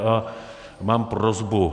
A mám prosbu.